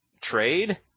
trade